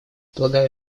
полагаю